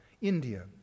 India